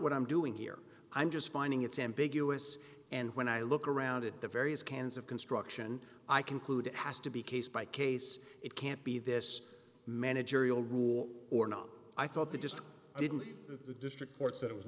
what i'm doing here i'm just finding it's ambiguous and when i look around at the various cans of construction i conclude it has to be case by case it can't be this managerial rule or not i thought that just didn't leave the district courts that it was